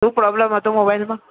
શું પ્રોબ્લમ હતો મોબાઈલમાં